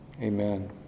Amen